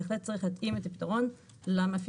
בהחלט צריך להתאים את הפתרון למאפיינים